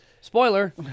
spoiler